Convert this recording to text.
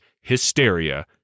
hysteria